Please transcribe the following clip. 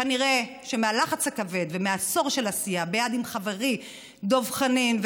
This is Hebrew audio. כנראה שמהלחץ הכבד ומעשור של עשייה יחד עם חברי דב חנין,